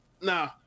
Nah